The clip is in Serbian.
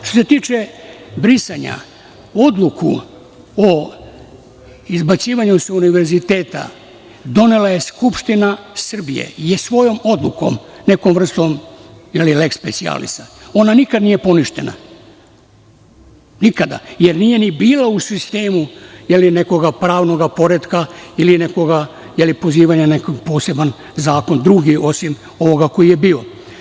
Što se tiče brisanja, odluku o izbacivanju sa Univerziteta, donela je Skupština Srbije i svojom odlukom, nekom vrstom lex specialis ona nikada nije poništena, jer nije ni bila u sistemu nekog pravnog poretka ili nekog pozivanja na neki poseban drugi zakon osim ovoga koji je bio.